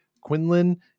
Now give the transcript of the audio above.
Quinlan